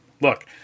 Look